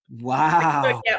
Wow